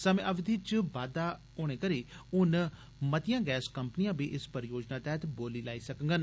समे अवधि च बाद्दा होने करी ह्न होर मतियां गैस कम्पनियां बी इस परियोजना तैहत बोली लाई सकगंन